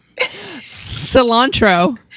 Cilantro